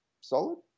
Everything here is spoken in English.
solid